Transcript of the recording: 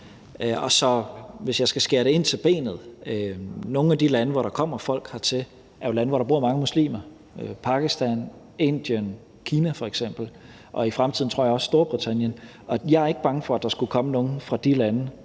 nogle af de lande, som der kommer folk hertil fra, jo lande, hvor der bor mange muslimer – f.eks. Pakistan, Indien, Kina og i fremtiden også Storbritannien, tror jeg – og jeg er ikke bange for, at der skulle komme nogle fra de lande,